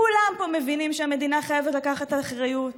כולם פה מבינים שהמדינה חייבת לקחת אחריות,